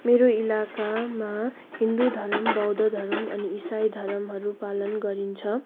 मेरो इलाकामा हिन्दू धर्म बौद्ध धर्म अनि इसाई धर्महरू पालन गरिन्छ